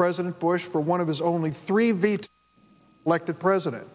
president bush for one of his only three veto elected president